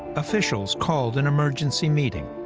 officials called an emergency meeting.